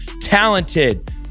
talented